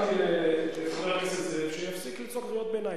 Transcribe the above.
אמרתי לחבר הכנסת זאב שיפסיק לצעוק קריאות ביניים.